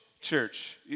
church